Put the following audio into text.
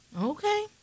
Okay